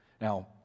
Now